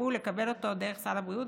לטיפול לקבל אותו דרך סל הבריאות,